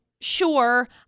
sure